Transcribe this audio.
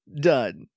Done